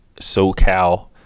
SoCal